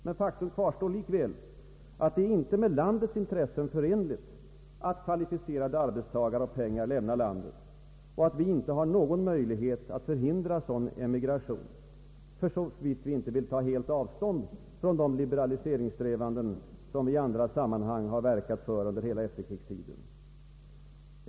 Men faktum kvarstår likväl att det är inte med landets intressen förenligt att kvalificerade arbetstagare och pengar lämnar landet och att vi inte har någon möjlighet att förhindra en sådan emigration, för såvitt vi inte vill ta helt avstånd från de liberaliseringssträvanden som vi i andra sammanhang har verkat för under hela efterkrigstiden.